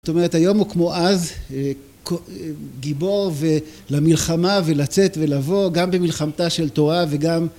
זאת אומרת היום הוא כמו אז גיבור ולמלחמה ולצאת ולבוא גם במלחמתה של תורה וגם